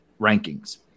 rankings